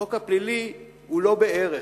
החוק הפלילי הוא לא בערך.